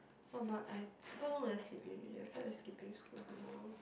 !wah! but I super long never sleep already I feel like skipping school tomorrow